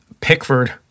pickford